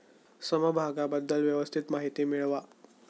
समभागाबद्दल व्यवस्थित माहिती मिळवा